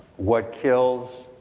what kills,